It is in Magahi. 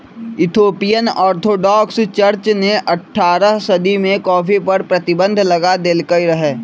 इथोपियन ऑर्थोडॉक्स चर्च ने अठारह सदी में कॉफ़ी पर प्रतिबन्ध लगा देलकइ रहै